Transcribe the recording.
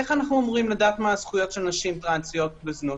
איך אנחנו אמורים לדעת מה זכויות של נשים טרנסיות בזנות?